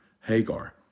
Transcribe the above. Hagar